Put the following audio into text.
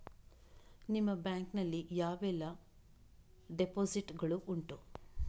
ನಿಮ್ಮ ಬ್ಯಾಂಕ್ ನಲ್ಲಿ ಯಾವೆಲ್ಲ ಡೆಪೋಸಿಟ್ ಗಳು ಉಂಟು?